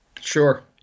Sure